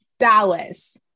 Dallas